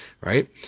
right